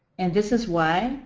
and this is why